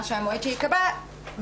המועד שייקבע,